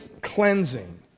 cleansing